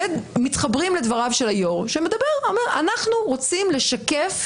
ומתחברים לדבריו של היו"ר שאומר: אנחנו רוצים לשקף